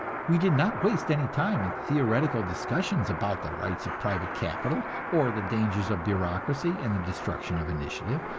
we did not waste any time in theoretical discussions about the rights of private capital, or the dangers of bureaucracy and the destruction of initiative.